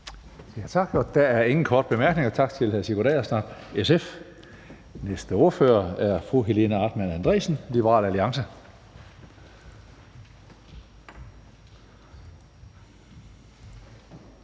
Tak. Der er ingen korte bemærkninger. Tak til hr. Sigurd Agersnap, SF. Den næste ordfører er fru Helena Artmann Andresen, Liberal Alliance.